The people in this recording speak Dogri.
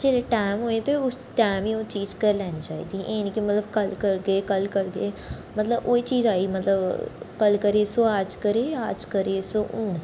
जेल्लै टैम होए ते उस टैम गी ओह् चीज़ करी लैनी चाहिदी एह् नी कि मतलब कल करगे कल करगे मतलब ओह् ही चीज़ आई मतलब कल करे सो आज करे आज करे सो हून